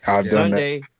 Sunday